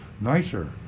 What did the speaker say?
nicer